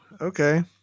Okay